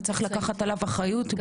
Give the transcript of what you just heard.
וצריך לקחת עליו אחריות,